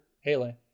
Haley